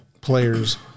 players